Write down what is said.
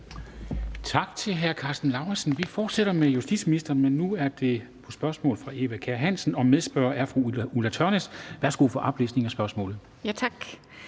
Tak til hr. Karsten Lauritzen. Vi fortsætter med justitsministeren, men nu er det på spørgsmål fra fru Eva Kjer Hansen, og medspørger er fru Ulla Tørnæs. Kl. 13:40 Spm. nr.